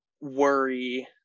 worry